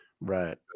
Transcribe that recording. Right